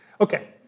Okay